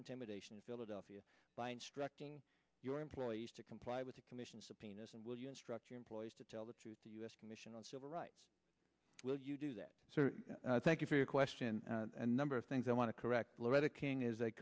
intimidation in philadelphia by instructing your employees to comply with the commission's subpoenas and will you instruct your employees to tell the truth the u s commission on civil rights will you do that so i thank you for your question and number of things i want to correct loretta king is